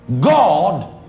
god